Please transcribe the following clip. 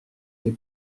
les